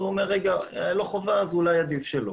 הוא אומר: לא חובה, אז אולי עדיף שלא.